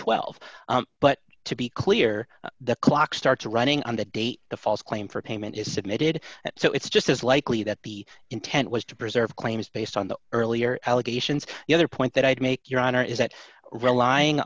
twelve but to be clear the clock starts running on the date the false claim for payment is submitted so it's just as likely that the intent was to preserve claims based on the earlier allegations the other point that i'd make your honor is that rel